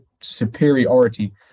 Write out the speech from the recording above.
superiority